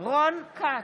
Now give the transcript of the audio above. רון כץ,